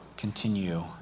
Continue